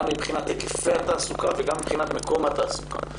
גם מבחינת היקפי התעסוקה וגם מבחינת מקום התעסוקה.